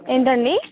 ఏంటండీ